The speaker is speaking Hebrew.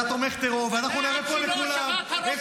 אתה תומך טרור ואנחנו נראה פה לכולם את